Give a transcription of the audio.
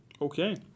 Okay